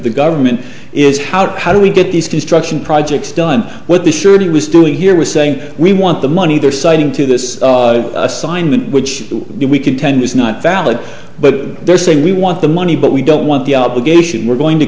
the government is how to how do we get these construction projects done what the surety was doing here was saying we want the money they're citing to this assignment which we contend is not valid but they're saying we want the money but we don't want the obligation we're going to